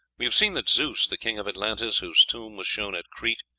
we have seen that zeus, the king of atlantis, whose tomb was shown at crete,